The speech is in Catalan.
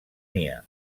nia